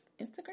Instagram